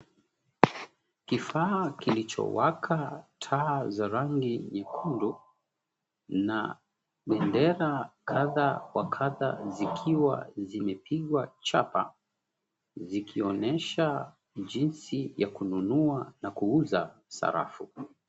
Kifaa kilichowaka taa za rangi nyekundu na bendera kadha wa kadha zikiwa zimepigwa chapa zikionyesha jinsi ya kununua na kuuza sarafu.